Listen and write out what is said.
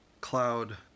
cloud